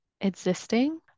existing